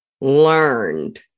learned